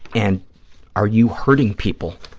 and are you hurting people,